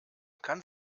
kann